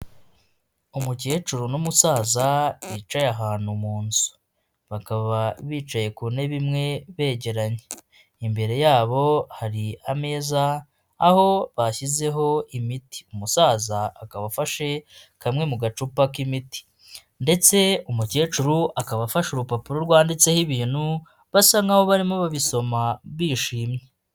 Umukecuru n'umusaza bicaye ahantu mu nzu, bakaba bicaye ku ntebe imwe begeranye, imbere yabo hari ameza aho bashyizeho imiti, umusaza akaba afashe kamwe mu gacupa k'imiti ndetse umukecuru akaba afashe urupapuro rwanditseho ibintu basa nk'aho barimo babisoma bishimye.